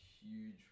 huge